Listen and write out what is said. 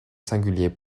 singulier